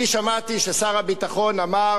אני שמעתי ששר הביטחון אמר